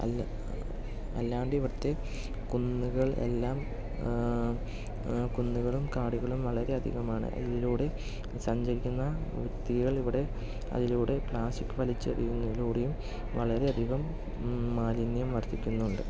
അല്ല അല്ലാണ്ട് ഇവിടുത്തെ കുന്നുകൾ എല്ലാം കുന്നുകളും കാടുകളും വളരെ അധികമാണ് ഇതിലൂടെ സഞ്ചരിക്കുന്ന വ്യക്തികൾ ഇവിടെ അതിലൂടെ പ്ലാസ്റ്റിക് വലിച്ച് എറിയുന്നതിൽ കൂടിയും വളരെ അധികം മാലിന്യം വർദ്ധിക്കുന്നുണ്ട്